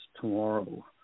tomorrow